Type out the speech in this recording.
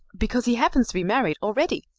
because he happens to be married already.